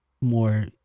more